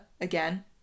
again